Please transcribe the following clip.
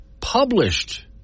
published